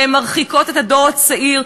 והן מרחיקות את הדור הצעיר,